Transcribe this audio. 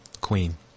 Queen